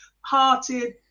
hearted